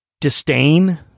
disdain